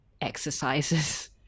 exercises